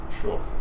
sure